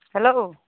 hello